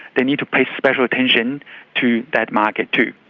they need to pay special attention to that market too.